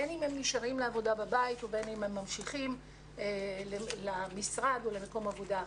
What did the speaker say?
בין אם הם נשארים לעבודה בבית ובין אם הם ממשיכים לעבוד בחוץ.